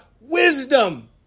wisdom